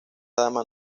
dama